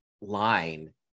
line